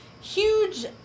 huge